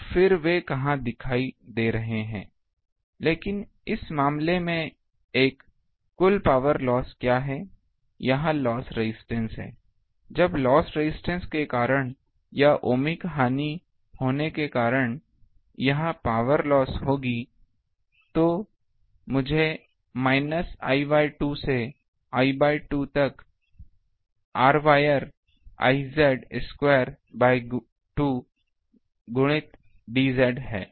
तो फिर वे कहाँ दिखाई दे रहे हैं लेकिन इस मामले में एक कुल पावर लॉस क्या है यह लॉस रजिस्टेंस है जब लॉस रजिस्टेंस के कारण या ओमिक हानि के कारण यह पावर लॉस होगी तो मुझे I बाय 2 से I बाय 2 तक R wire I square by 2 गुणित dz है